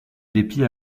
dépit